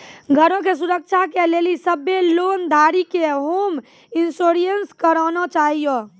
घरो के सुरक्षा के लेली सभ्भे लोन धारी के होम इंश्योरेंस कराना छाहियो